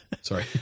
Sorry